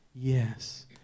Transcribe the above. Yes